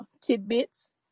tidbits